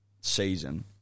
season